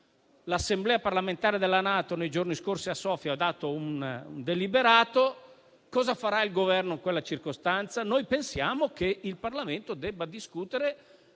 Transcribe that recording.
L'Assemblea parlamentare della NATO nei giorni scorsi a Sofia ha deliberato. Cosa farà il Governo in quella circostanza? Noi pensiamo che il Parlamento debba discutere